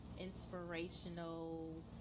inspirational